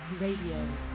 Radio